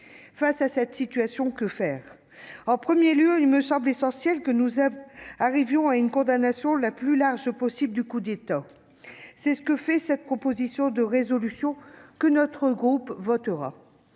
Face à cette situation, que faire ? En premier lieu, il me semble essentiel que nous arrivions à une condamnation la plus large possible du coup d'État. C'est ce qui est proposé au travers de cette proposition de résolution, que notre groupe votera.